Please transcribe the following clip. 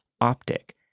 optic